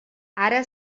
ara